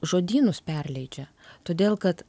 žodynus perleidžia todėl kad